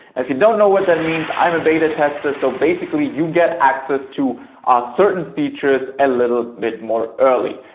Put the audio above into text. if you don't know what that means i'm a beta tester, so basically, you get access to ah certain features a little bit more early.